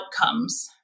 outcomes